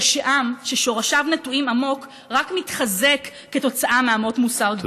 ושעם ששורשיו נטועים עמוק רק מתחזק כתוצאה מאמות מוסר גבוהות.